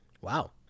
wow